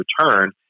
return